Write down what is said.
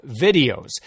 videos